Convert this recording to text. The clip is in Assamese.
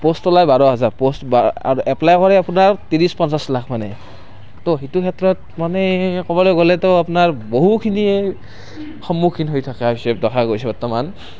প'ষ্ট ওলায় বাৰ হাজাৰ প'ষ্ট বা আৰু এপ্লাই কৰে আপোনাৰ ত্ৰিছ পঞ্চাছ লাখমানে তো সেইটো ক্ষেত্ৰত মানে ক'বলৈ গ'লেতো আপোনাৰ বহুখিনিয়ে সন্মুখীন হৈ থাকে বৰ্তমান